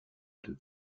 deux